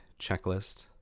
checklist